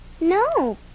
No